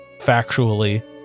factually